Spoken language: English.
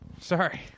Sorry